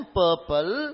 purple